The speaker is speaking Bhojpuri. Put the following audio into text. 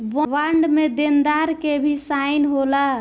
बॉन्ड में देनदार के भी साइन होला